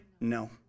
No